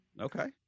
Okay